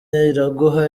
iraguha